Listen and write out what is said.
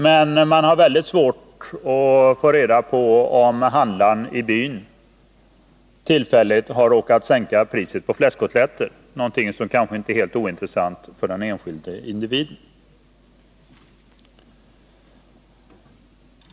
Men de har mycket svårt att få reda på om handlaren i byn tillfälligt har sänkt priset på fläskkotletter, något som kanske inte är helt ointressant för den enskilde individen.